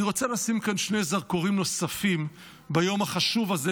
אני רוצה לשים כאן שני זרקורים נוספים ביום החשוב הזה,